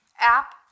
app